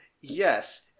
yes